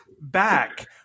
back